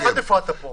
אתה הפרעת פה.